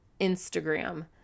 Instagram